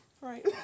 Right